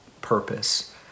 purpose